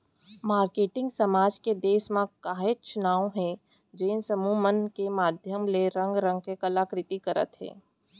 marketing समाज के देस म काहेच नांव हे जेन समूह मन के माधियम ले रंग रंग के कला कृति करत हे